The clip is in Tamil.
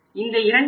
இந்த 2